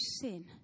sin